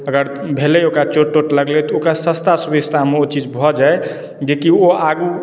अगर भेलै ओकरा चोट तोट लगलै तऽ ओकरा सस्ता सुभिस्तामे ओ चीज भऽ जाइ जेकि ओ आगू